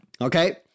Okay